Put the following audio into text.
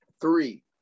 Three